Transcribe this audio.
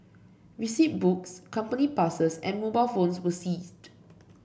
receipt books company passes and mobile phones were seized